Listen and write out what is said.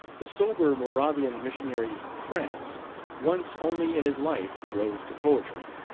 the sober moravian mission ary crantz once only in his life rose to poetry,